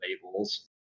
labels